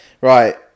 right